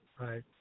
Right